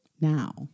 now